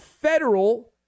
federal